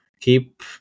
keep